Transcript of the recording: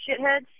shitheads